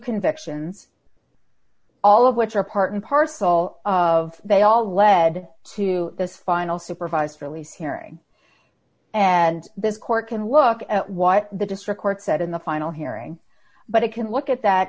convictions all of which are part and parcel of they all lead to this final supervised release hearing and this court can look at what the district court said in the final hearing but it can look at that